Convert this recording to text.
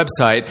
website